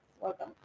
Welcome